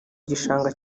gishanga